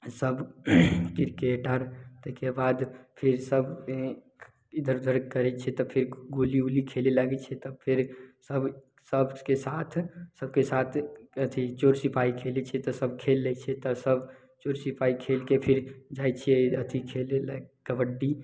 ई सब क्रिकेट आर ओहिके बाद फिर सब इधर उधर करै छियै तऽ फेर गुल्ली गुल्ली खेलै लागै छियै तऽ फेर सब सबके साथ अथी चोर सिपाही खेलै तऽ सब खेल लै छियै तब चोर सिपाही खेलके फिर जाइ छियै अथी खेलै लए कबड्डी